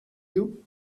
you